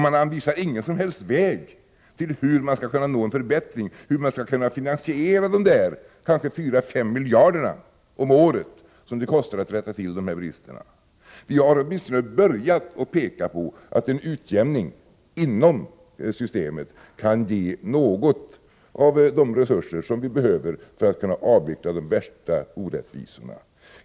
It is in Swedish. Man anvisar ingen som helst väg för hur man skall kunna nå en förbättring eller för hur man skall kunna finansiera de kanske 4 å 5 miljarder om året som det kostar att rätta till de här bristerna. Vi har åtminstone börjat med att peka på att en utjämning inom systemet kan ge något av de resurser som vi behöver för att kunna avhjälpa de värsta orättvisorna.